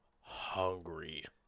hungry